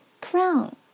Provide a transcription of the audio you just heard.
crown